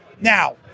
Now